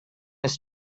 his